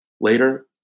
later